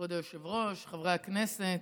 כבוד היושב-ראש, חברי הכנסת,